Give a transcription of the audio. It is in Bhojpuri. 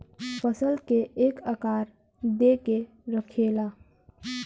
फसल के एक आकार दे के रखेला